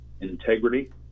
integrity